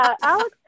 alex